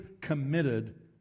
committed